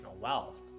wealth